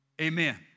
amen